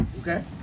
Okay